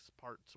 parts